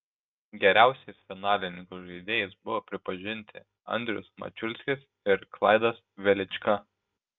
geriausiais finalininkų žaidėjais buvo pripažinti andrius mačiulskis ir klaidas velička